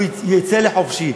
הוא יצא לחופשי.